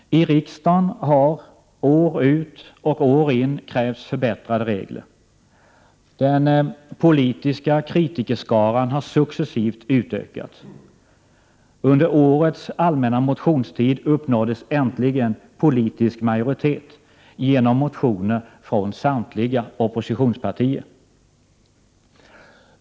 I riksdagen har det år ut och år in krävts förbättrade regler. Den politiska kritikerskaran har successivt utökats. Under årets allmänna motionstid uppnåddes äntligen politisk majoritet genom motioner från samtliga oppositionspartier.